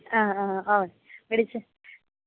ആ ആ ഓ വിളിച്ചാൽ